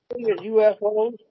UFOs